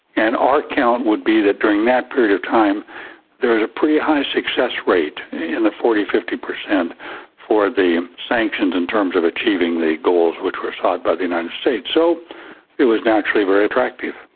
and our account would be that during that period of time there was a pretty high success rate in the forty, fifty per cent for the sanctions in terms of achieving the goals which were sought by the united states. so it was naturally very attractive.